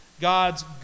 God's